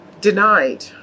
denied